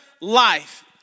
life